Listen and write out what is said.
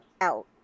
out